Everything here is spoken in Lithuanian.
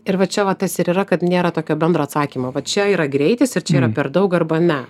ir vat čia va tas ir yra kad nėra tokio bendro atsakymo vat čia yra greitis ir čia yra per daug arba ne